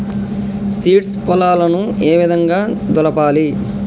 Seeds పొలాలను ఏ విధంగా దులపాలి?